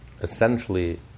essentially